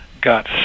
got